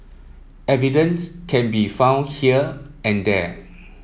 evidence can be found here and there